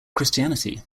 christianity